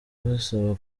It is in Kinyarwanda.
basaba